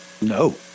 no